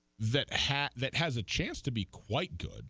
that hat that has a chance to be quite good